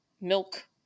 milk